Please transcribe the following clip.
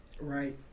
Right